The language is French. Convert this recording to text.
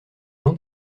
jean